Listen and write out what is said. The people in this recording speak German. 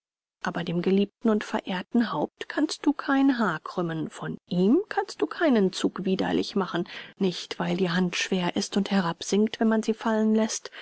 aber dem geliebten und verehrten haupt kannst du kein haar krümmen von ihm kannst du keinen zug widerlich machen nicht weil die hand schwer ist und herabsinkt wenn man sie fallen läßt